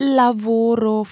lavoro